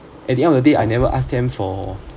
at the end of the day I never asked them for